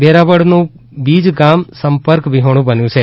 વેરાવળનું બીજ ગામ સંપર્ક વિહોણું બન્યું છે